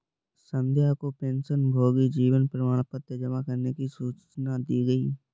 संध्या को पेंशनभोगी जीवन प्रमाण पत्र जमा करने की सूचना दी गई